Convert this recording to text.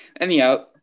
Anyhow